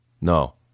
No